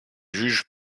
juges